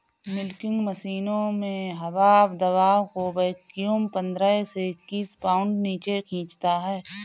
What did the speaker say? milking मशीनों में हवा दबाव को वैक्यूम पंद्रह से इक्कीस पाउंड नीचे खींचता है